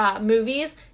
movies